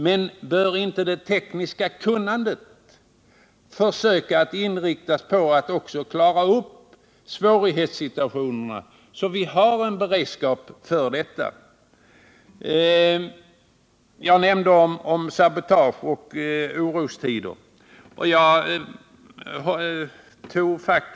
Men bör inte det tekniska kunnandet inriktas på en beredskap inför sådana situationer, så att vi kan klara upp svårigheterna? Jag nämnde sabotage och orostider.